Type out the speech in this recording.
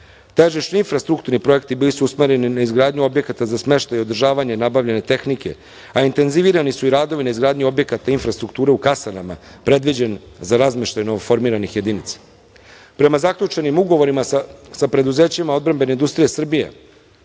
hrane. Težišni infrastrukturni projekti bili su usmereni na izgradnju objekata za smeštaj, održavanje i nabavljanje tehnike, a intenzivirani su i radovi na izgradnji objekata infrastrukture u kasarnama predviđen za razmeštaj novoformiranih jedinica. Prema zaključenim ugovorima sa preduzećima odbrambene industrije Srbije